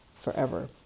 forever